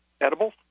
edibles